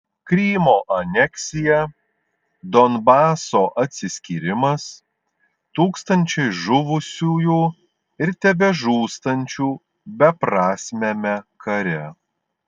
krymo aneksija donbaso atsiskyrimas tūkstančiai žuvusiųjų ir tebežūstančių beprasmiame kare